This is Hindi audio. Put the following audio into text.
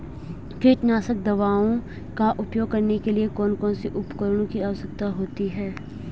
कीटनाशक दवाओं का उपयोग करने के लिए कौन कौन से उपकरणों की आवश्यकता होती है?